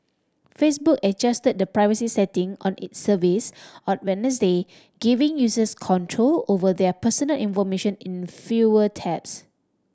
Facebook adjusted the privacy setting on its service on Wednesday giving users control over their personal information in fewer taps